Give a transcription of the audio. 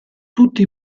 tutti